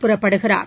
புறப்படுகிறார்